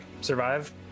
survive